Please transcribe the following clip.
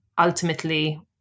ultimately